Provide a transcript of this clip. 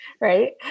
right